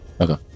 Okay